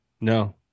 No